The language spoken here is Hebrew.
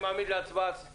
אני מעמיד להצבעה את